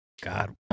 God